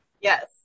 Yes